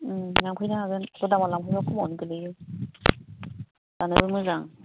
लांफैनो हागोन गुदामाव लांफैबा खमावनो गोलैयो जानोबो मोजां